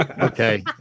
Okay